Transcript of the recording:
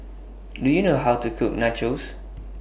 Do YOU know How to Cook Nachos